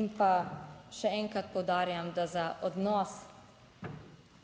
In pa še enkrat poudarjam, da za odnos